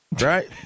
right